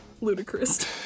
ludicrous